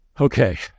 Okay